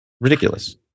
ridiculous